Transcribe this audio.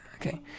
Okay